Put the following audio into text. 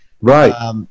Right